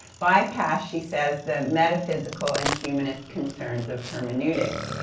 bypass, she says, the metaphysical and humanist concerns of hermeneutics,